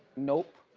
nope.